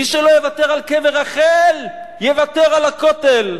מי שיוותר על קבר רחל, יוותר על הכותל.